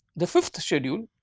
the fifth schedule